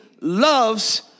loves